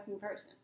person